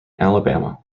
alabama